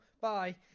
bye